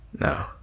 no